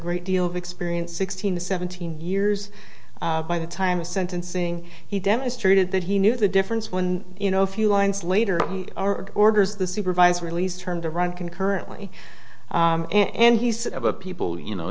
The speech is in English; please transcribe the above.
great deal of experience sixteen seventeen years by the time of sentencing he demonstrated that he knew the difference when you know a few lines later our orders the supervisor at least turned to run concurrently and he said of a people you know